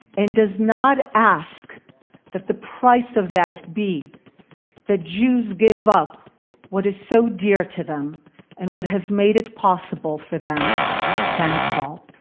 and does not ask that the price of that be that jews give up what is so dear to them and what has made it possible for them to stand tall.